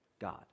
God